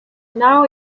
now